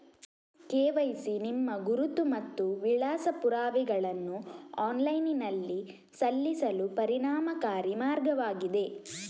KYC ನಿಮ್ಮ ಗುರುತು ಮತ್ತು ವಿಳಾಸ ಪುರಾವೆಗಳನ್ನು ಆನ್ಲೈನಿನಲ್ಲಿ ಸಲ್ಲಿಸಲು ಪರಿಣಾಮಕಾರಿ ಮಾರ್ಗವಾಗಿದೆ